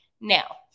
Now